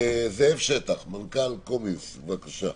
זאב שטח, מנכ"ל "קומסיין" (COMSIGN), בבקשה.